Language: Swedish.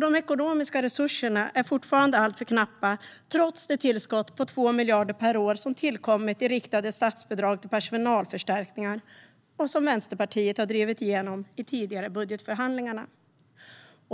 De ekonomiska resurserna är fortfarande alltför knappa, trots det tillskott på 2 miljarder per år i riktade statsbidrag för personalförstärkningar som Vänsterpartiet har drivit igenom i tidigare budgetförhandlingar.